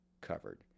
Covered